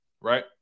right